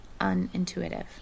unintuitive